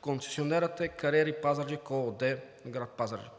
Концесионерът е „Кариери Пазарджик“ ООД, град Пазарджик.